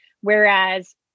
Whereas